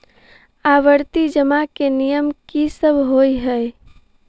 आवर्ती जमा केँ नियम की सब होइ है?